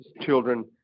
children